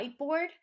whiteboard